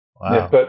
Wow